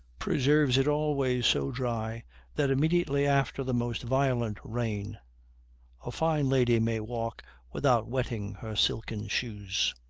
preserves it always so dry that immediately after the most violent rain a fine lady may walk without wetting her silken shoes.